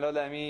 אני לא יודע מי,